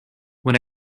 when